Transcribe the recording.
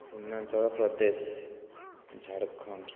Himachal Pradesh Jharkhand